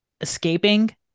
escaping